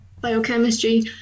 biochemistry